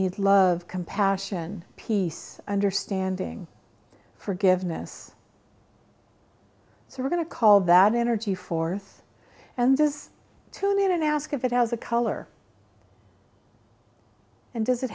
need love compassion peace understanding forgiveness so we're going to call that energy forth and just tune in and ask if it has a color and does it